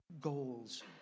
goals